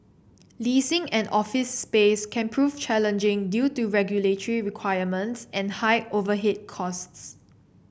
leasing an office space can prove challenging due to regulatory requirements and high overhead costs